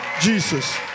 Jesus